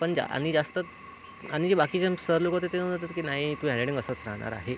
पण जा आणि जास्त आणि जे बाकीचे न सर लोकं होते ते म्हणत होते की नाही तुझं हॅणरायटिंग असंस राहणार आहे